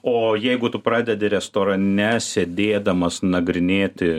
o jeigu tu pradedi restorane sėdėdamas nagrinėti